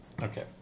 Okay